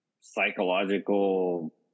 psychological